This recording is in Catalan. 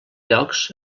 llocs